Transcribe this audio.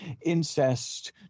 incest